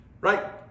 right